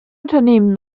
unternehmen